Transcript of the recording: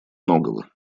многого